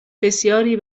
بسیاری